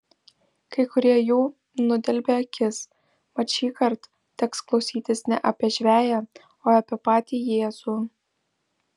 kai kurie jų nudelbia akis mat šįkart teks klausytis ne apie žveję o apie patį jėzų